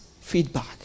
feedback